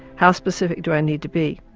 how specific do i need to be?